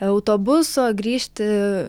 eutobuso grįžti